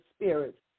spirit